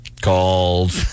called